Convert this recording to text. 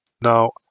Now